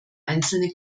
einzelne